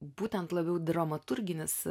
būtent labiau dramaturginis